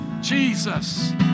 Jesus